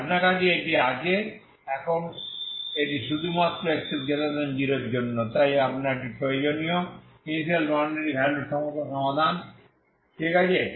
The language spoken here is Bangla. তাই আপনার কাছে এটিই আছে এখন এটি শুধুমাত্র x0এর জন্য তাই এটি আপনার প্রয়োজনীয় ইনিশিয়াল বাউন্ডারি ভ্যালু সমস্যার সমাধান ঠিক আছে